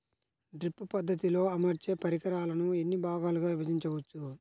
Drip పద్ధతిలో అమర్చే పరికరాలను ఎన్ని భాగాలుగా విభజించవచ్చు?